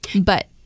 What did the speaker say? But-